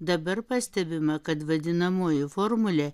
dabar pastebima kad vadinamoji formulė